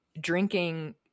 drinking